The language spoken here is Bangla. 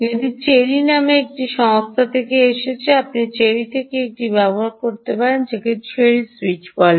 এটি চেরি নামে একটি সংস্থা থেকে এসেছে আপনি চেরি থেকে এটি ব্যবহার করতে পারেন চেরি সুইচ বলে